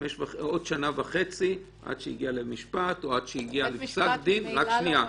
עוד שנה וחצי עד שהוא הגיע למשפט או עד שהגיע פסק דין.